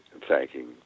thanking